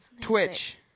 Twitch